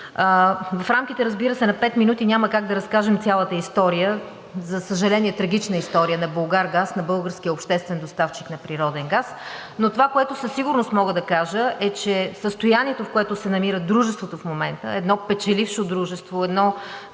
в рамките, разбира се, на пет минути няма как да разкажем цялата история, за съжаление, трагична история на „Булгаргаз“, на българския обществен доставчик на природен газ. Това, което със сигурност мога да кажа, е, че състоянието в което се намира дружеството в момента – едно печелившо дружество, едно